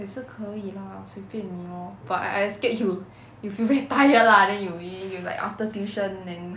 也是可以 lah 随便你 lor but I I scared you you feel very tired lah then you you like after tuition then